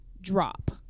drop